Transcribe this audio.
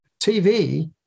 tv